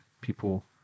people